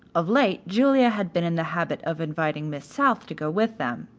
of late julia had been in the habit of inviting miss south to go with them.